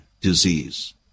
disease